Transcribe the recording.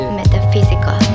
metaphysical